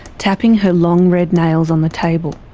tapping her long red nails on the table.